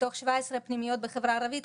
מתוך 17 פנימיות בחברה הערבית,